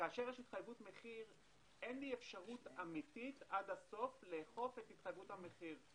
כשיש התחייבות מחיר אין לי אפשרות אמיתית לאכוף את התחייבות המחיר.